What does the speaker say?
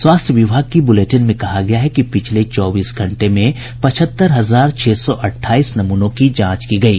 स्वास्थ्य विभाग की बुलेटिन में कहा गया है कि पिछले चौबीस घंटे में पचहत्तर हजार छह सौ अठाईस नमूनों की जांच की गयी